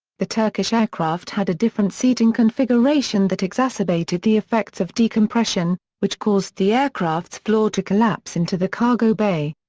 the turkish aircraft had a different seating configuration that exacerbated the effects of decompression, which caused the aircraft's floor to collapse into the cargo bay.